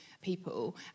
people